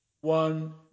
One